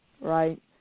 Right